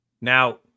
now